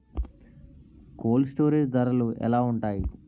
Cold storage ధరలు ఎలా ఉంటాయి?